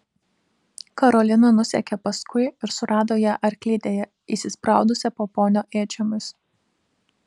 karolina nusekė paskui ir surado ją arklidėje įsispraudusią po ponio ėdžiomis